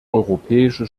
europäische